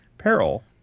peril